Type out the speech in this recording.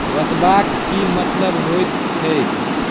बसबाक की मतलब होइत छैक